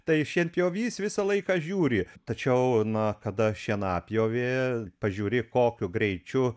tai šienpjovys visą laiką žiūri tačiau na kada šienapjovė pažiūri kokiu greičiu